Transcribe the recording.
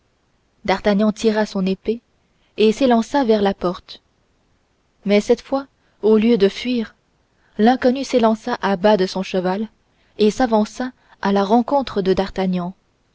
d'artagnan tira son épée et s'élança vers la porte mais cette fois au lieu de fuir l'inconnu s'élança à bas de son cheval et s'avança à la rencontre de d'artagnan